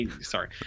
sorry